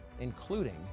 including